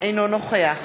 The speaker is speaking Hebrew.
אינו נוכח